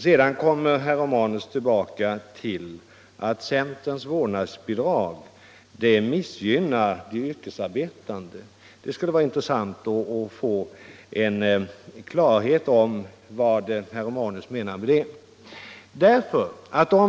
Sedan kommer herr Romanus tillbaka till att centerns vårdnadsbidrag missgynnar de yrkesarbetande. Det skulle vara intressant att få klarhet i vad herr Romanus menar med det.